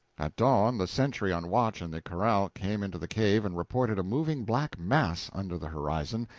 at dawn the sentry on watch in the corral came into the cave and reported a moving black mass under the horizon,